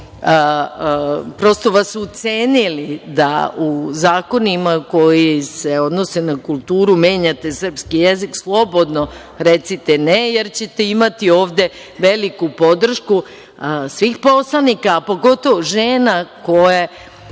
prosto vas ucenili, da u zakonima koji se odnose na kulturu, menjate srpski jezik, slobodno recite ne, jer ćete imati ovde veliku podršku svih poslanika, a pogotovo žena koje